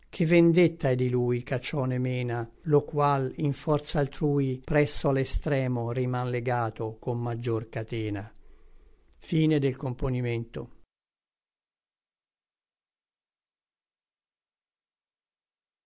che vendetta è di lui ch'a ciò ne mena lo qual in forza altrui presso a l'extremo riman legato con maggior catena